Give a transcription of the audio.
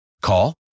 Call